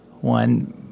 one